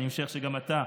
אני משער שגם לך,